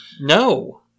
No